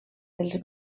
els